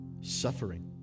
suffering